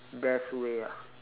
best way ah